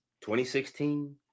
2016